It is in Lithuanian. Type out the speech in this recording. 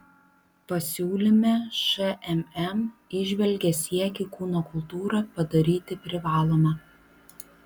pasiūlyme šmm įžvelgia siekį kūno kultūrą padaryti privaloma